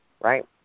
right